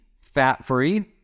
fat-free